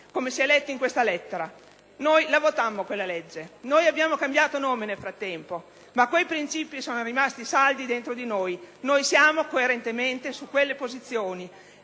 come si è letto nella lettera citata. Noi quella legge la votammo. Noi abbiamo cambiato nome nel frattempo, ma quei princìpi sono rimasti saldi dentro di noi. Noi siamo coerentemente su quelle posizioni.